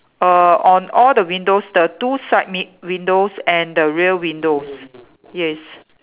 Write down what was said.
err on all the windows the two side m~ windows and the rear windows yes